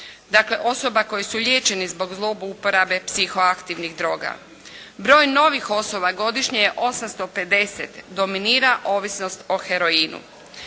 Dakle osoba koje su liječeni zbog zlouporabe psihoaktivnih droga. Broj novih osoba godišnje je 850. Dominira ovisnost o heroinu.